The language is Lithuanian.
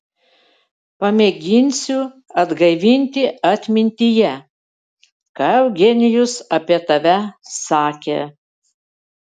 pamėginsiu atgaivinti atmintyje ką eugenijus apie tave sakė